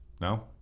No